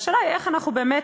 והשאלה היא איך אנחנו באמת